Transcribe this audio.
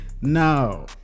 No